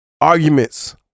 arguments